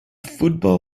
football